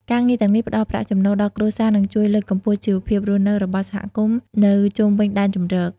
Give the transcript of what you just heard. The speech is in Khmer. ការងារទាំងនេះផ្តល់ប្រាក់ចំណូលដល់គ្រួសារ និងជួយលើកកម្ពស់ជីវភាពរស់នៅរបស់សហគមន៍នៅជុំវិញដែនជម្រក។